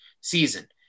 season